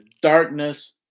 darkness